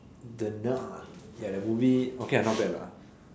the nun ya the movie okay lah not bad lah